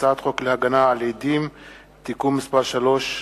הצעת חוק להגנה על עדים (תיקון מס' 3),